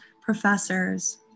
professors